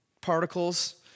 particles